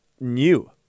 new